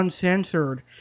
uncensored